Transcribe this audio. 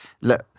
look